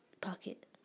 pocket